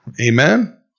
Amen